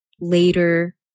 later